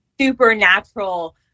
supernatural